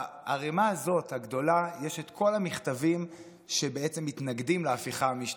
בערמה הזאת הגדולה יש את כל המכתבים שבעצם מתנגדים להפיכה המשטרית.